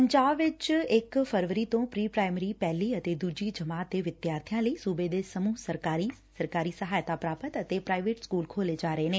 ਪੰਜਾਬ ਵਿੱਚ ਇੱਕ ਫਰਵਰੀ ਤੋਂ ਪ੍ਰੀ ਪ੍ਰਾਇਮਰੀ ਪਹਿਲੀ ਅਤੇ ਦੁਜੀ ਜਮਾਤ ਦੇ ਵਿਦਿਆਰਥੀਆਂ ਲਈ ਸੁਬੇ ਦੇ ਸਮੁਹ ਸਰਕਾਰੀ ਸਰਕਾਰੀ ਸਹਾਇਤਾ ਪ੍ਰਾਪਤ ਅਤੇ ਪ੍ਰਾਈਵੇਟ ਸਕੁਲ ਖੋਲ੍ਰੇ ਜਾ ਰਹੇ ਨੇ